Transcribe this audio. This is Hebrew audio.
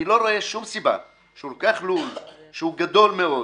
אני לא רואה שום סיבה שהוא לוקח לול שהוא גדול מאוד,